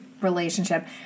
relationship